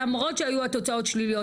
למרות שהיו התוצאות שליליות,